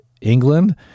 England